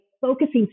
focusing